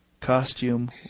costume